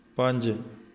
ਪੰਜ